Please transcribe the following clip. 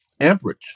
amperage